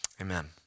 Amen